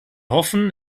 hoffen